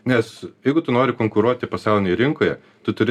nes jeigu tu nori konkuruoti pasaulinėj rinkoje tu turi